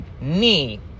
knee